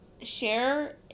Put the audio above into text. share